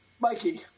Mikey